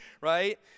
right